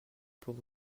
pour